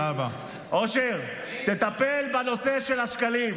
אושר, תטפל בנושא של השקלים.